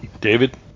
David